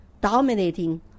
dominating